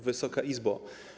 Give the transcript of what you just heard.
Wysoka Izbo!